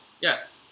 yes